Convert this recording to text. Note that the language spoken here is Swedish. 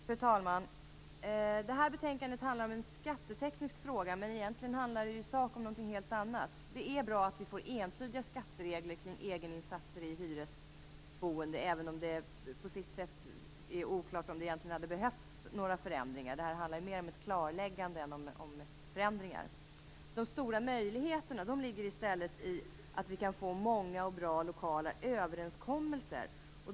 Fru talman! Betänkandet handlar om en skatteteknisk fråga, men i sak handlar det om någonting helt annat. Det är bra att vi får entydiga skatteregler om egeninsatser i hyresboende, även om det på sätt och vis är oklart om det egentligen hade behövts några förändringar. Detta handlar ju mer om ett klarläggande än om förändringar. De stora möjligheterna ligger i stället i att vi kan få många och bra lokala överenskommelser.